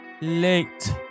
late